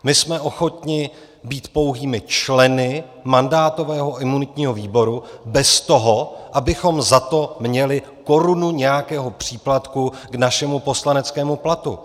My jsme ochotni být pouhými členy mandátového a imunitního výboru bez toho, abychom za to měli korunu nějakého příplatku k našemu poslaneckému platu.